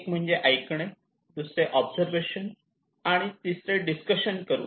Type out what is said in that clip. एक म्हणजे ऐकणे दुसरे ऑब्झर्वेशन आणि तिसरे डिस्कशन करून